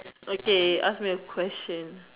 okay ask me a question